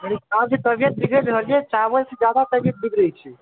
अहाँकेँ तबियत बिगड़ि रहलए चावलसे जादा तबियत बिगड़ैत छै